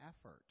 effort